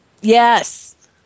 Yes